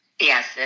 Yes